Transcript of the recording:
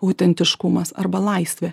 autentiškumas arba laisvė